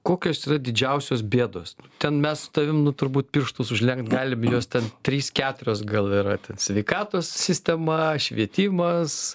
kokios yra didžiausios bėdos ten mes su tavim nu turbūt pirštus užlenkt galim jos ten trys keturios gal yra ten sveikatos sistema švietimas